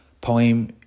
poem